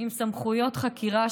עם סמכויות חקירה,